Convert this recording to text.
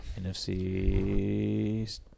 NFC